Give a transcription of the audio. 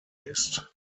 ist